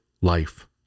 life